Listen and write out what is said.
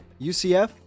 UCF